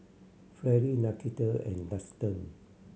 Freddy Nakita and Daxton